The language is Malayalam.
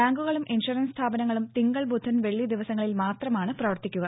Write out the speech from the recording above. ബാങ്കുകളും ഇൻഷുറൻസ് സ്ഥാപനങ്ങളും തിങ്കൾ ബുധൻ വെള്ളി ദിവസങ്ങളിൽ മാത്രമാണ് പ്രവർത്തിക്കുക